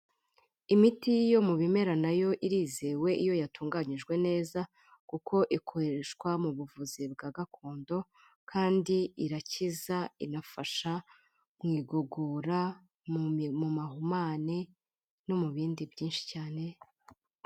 Imiti yo mu bimera na yo irizewe iyo yatunganyijwe neza kuko ikoreshwa mu buvuzi bwa gakondo kandi irakiza inafasha mu igogora, mu mahumane no mu bindi byinshi cyane.